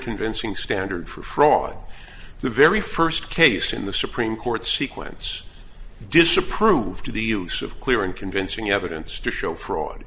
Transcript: convincing standard for fraud the very first case in the supreme court sequence disapproved of the use of clear and convincing evidence to show fraud